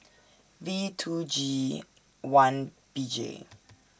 V two G one B J